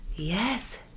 yes